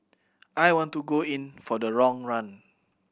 I want to go in for the long run